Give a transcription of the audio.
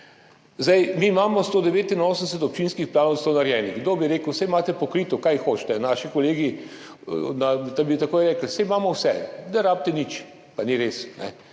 Mi imamo 189 občinskih planov celo narejenih. Kdo bi rekel, saj imate pokrito, kaj hočete. Naši kolegi bi takoj rekli, saj imamo vse, ne rabite nič. Pa ni res.